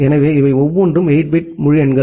எனவே இவை ஒவ்வொன்றும் 8 பிட் முழு எண்கள்